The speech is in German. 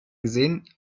gesehen